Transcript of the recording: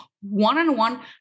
one-on-one